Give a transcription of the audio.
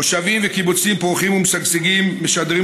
מושבים וקיבוצים פורחים ומשגשגים משדרים